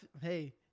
hey